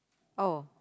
oh